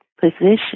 position